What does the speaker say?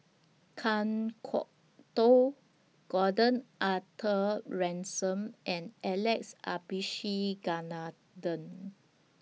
Kan Kwok Toh Gordon Arthur Ransome and Alex Abisheganaden